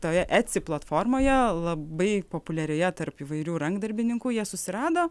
toje etsi platformoje labai populiarioje tarp įvairių rankdarbininkų jie susirado